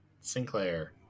Sinclair